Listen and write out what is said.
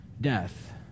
Death